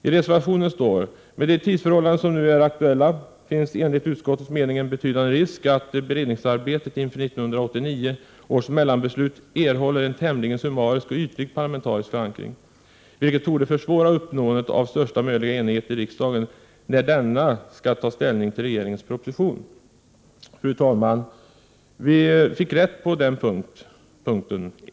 I reservationen står: ”Med de tidsförhållanden som nu är aktuella finns enligt utskottets mening en betydande risk att beredningsarbetet inför 1989 års mellanbeslut erhåller en tämligen summarisk och ytlig parlamentarisk förankring, vilket torde försvåra uppnåendet av största möjliga enighet i riksdagen när denna skall ta ställning till regeringens proposition”. Fru talman! Vi fick rätt på den punkten.